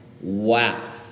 Wow